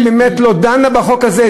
היא באמת לא דנה בחוק הזה.